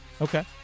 Okay